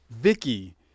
Vicky